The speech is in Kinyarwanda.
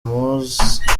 moise